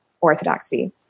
orthodoxy